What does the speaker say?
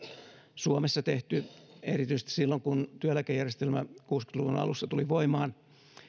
suomessa tehty erityisesti silloin kun työeläkejärjestelmä kuusikymmentä luvun alussa tuli voimaan